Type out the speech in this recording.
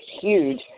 huge